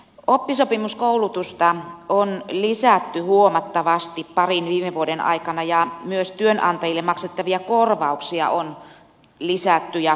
oppisopimuskoulutusta on lisätty huomattavasti parin viime vuoden aikana ja myös työnantajille maksettavia korvauksia on lisätty ja korotettu